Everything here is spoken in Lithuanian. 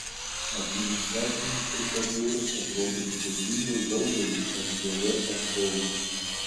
administracinės procedūros atrodo sudėtingos daugeliui svv atstovų